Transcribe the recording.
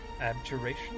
Abjuration